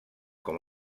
com